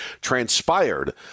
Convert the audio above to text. transpired